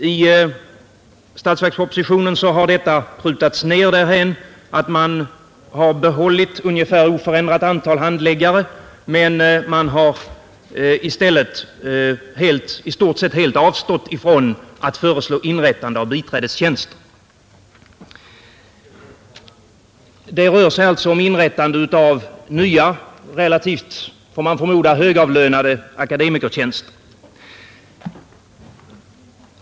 I statsverkspropositionen har detta prutats ned därhän att man har behållit ungefär oförändrat antal handläggare, men man har i stället i stort sett helt avstått ifrån att föreslå inrättande av biträdestjänster. Det rör sig alltså om inrättande av nya relativt, får man förmoda, högavlönade akademikertjänster.